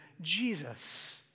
Jesus